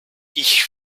ich